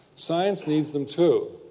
science needs them too.